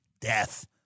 death